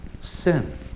sin